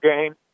game